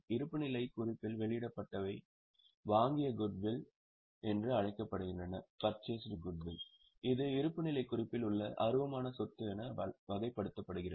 இருப்புநிலைக் குறிப்பில் வெளிப்படுத்தப்பட்டவை வாங்கிய குட்வில் என்று அழைக்கப்படுகின்றன இது இருப்புநிலைக் குறிப்பில் உள்ள அருவமான சொத்து என வகைப்படுத்தப்படுகிறது